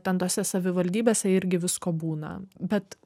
ten tose savivaldybėse irgi visko būna bet